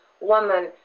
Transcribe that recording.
woman